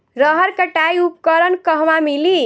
रहर कटाई उपकरण कहवा मिली?